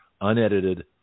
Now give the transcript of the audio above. unedited